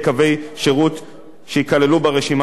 שייכללו ברשימה הנוספת שיפרסם המפקח,